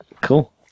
Cool